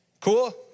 Cool